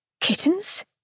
Kittens